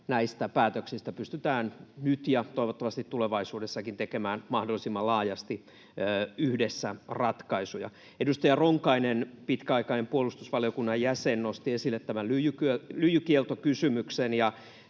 näistä päätöksistä pystytään nyt ja toivottavasti tulevaisuudessakin tekemään mahdollisimman laajasti yhdessä ratkaisuja. Edustaja Ronkainen, pitkäaikainen puolustusvaliokunnan jäsen, nosti esille tämän lyijykieltokysymyksen.